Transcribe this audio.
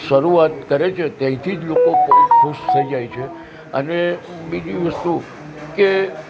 શરૂઆત કરે છે ત્યાંથી જ લોકો ખુશ થઈ જાય છે અને બીજી વસ્તુ કે